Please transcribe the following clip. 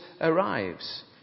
arrives